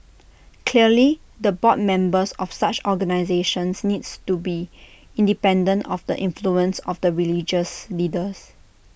clearly the board members of such organisations needs to be independent of the influence of the religious leaders